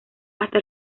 hasta